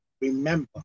remember